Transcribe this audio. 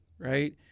Right